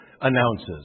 announces